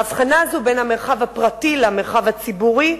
ההבחנה הזאת בין המרחב הפרטי למרחב הציבורי,